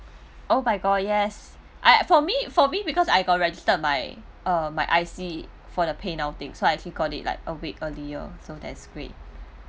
oh my god yes I for me for me because I got register my uh my I_C for the pay now thing so I actually got it like a week earlier so that's great